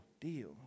deal